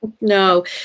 No